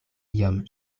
iom